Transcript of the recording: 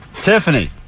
Tiffany